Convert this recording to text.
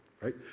right